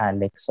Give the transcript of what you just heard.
Alex